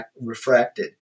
refracted